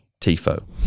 TIFO